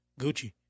Gucci